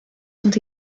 sont